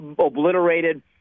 obliterated